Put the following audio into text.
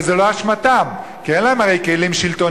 וזו לא אשמתם, כי אין להם הרי כלים שלטוניים.